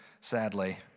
sadly